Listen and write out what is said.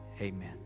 Amen